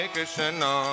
Krishna